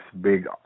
big